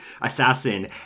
assassin